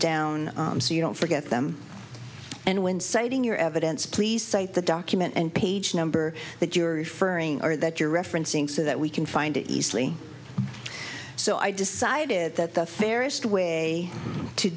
down so you don't forget them and when citing your evidence please cite the document and page number that you're referring or that you're referencing so that we can find it easily so i decided that the fairest way to